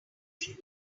melting